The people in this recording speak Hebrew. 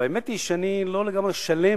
אך האמת היא שאני לא לגמרי שלם,